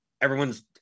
everyone's